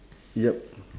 yup